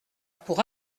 pour